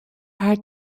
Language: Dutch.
haar